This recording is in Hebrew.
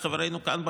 חברינו כאן בכנסת,